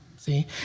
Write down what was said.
See